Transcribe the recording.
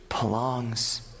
belongs